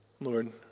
Lord